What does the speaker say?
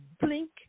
blink